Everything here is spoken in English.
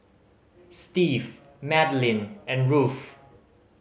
Steve Madelene and Ruth